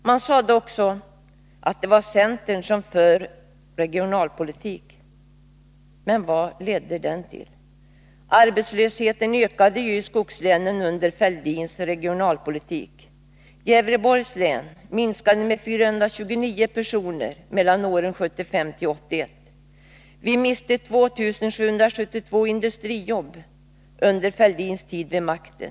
Man sade också att det var centern som ”för regionalpolitik”. Men vad ledde den till? Arbetslösheten ökade ju i skogslänen under Thorbjörn Fälldins regionalpolitik. I Gävleborgs län minskade befolkningsmängden med 429 personer mellan åren 1975 och 1981. Vi miste 2 722 industrijobb under Thorbjörn Fälldins tid vid makten.